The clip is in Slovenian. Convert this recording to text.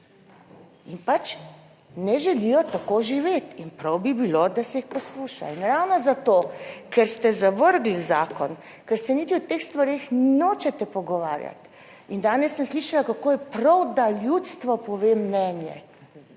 in ne želijo tako živeti in prav bi bilo, da se jih posluša in ravno zato, ker ste zavrgli zakon, ker se niti o teh stvareh nočete pogovarjati in danes sem slišala kako je prav, da ljudstvo pove mnenje.